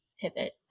pivot